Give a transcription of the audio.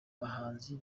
bahanzi